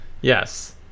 Yes